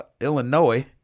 Illinois